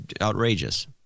outrageous